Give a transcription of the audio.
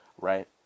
right